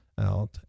out